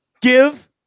give